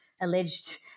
alleged